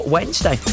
Wednesday